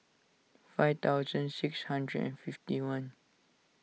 five thousand six hundred and fifty one